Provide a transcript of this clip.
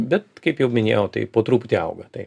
bet kaip jau minėjau tai po truputį auga tai